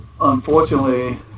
unfortunately